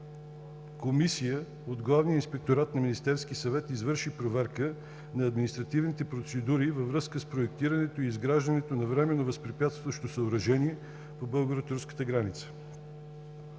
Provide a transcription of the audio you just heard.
комисия от Главния инспекторат на Министерския съвет извърши проверка на административните процедури във връзка с проектирането и изграждането на временно възпрепятстващо съоръжение на българо-турската граница.